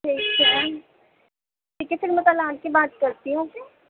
ٹھیک ہے ٹھیک ہے تو میں کل آ کے بات کرتی ہوں اوکے